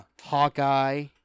Hawkeye